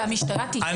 שהמשטרה תיתן --- אני